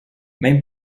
même